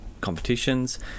competitions